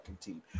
team